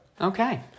Okay